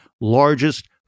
largest